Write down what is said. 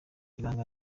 ibanga